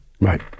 Right